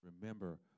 remember